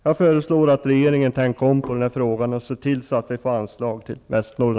Jag föreslår att regeringen tänker om i den här frågan och ser till att vi får anslag till